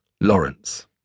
Lawrence